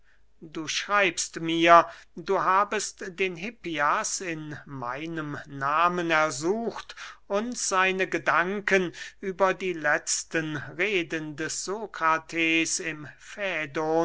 du schreibst mir du habest den hippias in meinem nahmen ersucht uns seine gedanken über die letzten reden des sokrates im